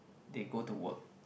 they go to work